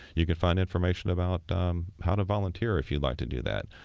you can find information about how to volunteer if you like to do that.